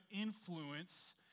influence